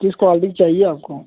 किस क्वालिटी का चाहिए आपको